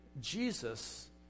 Jesus